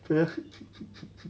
是 meh